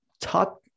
top